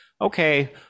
okay